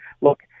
Look